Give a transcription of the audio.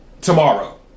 tomorrow